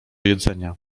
jedzenia